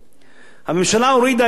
הממשלה הורידה את מס החברות,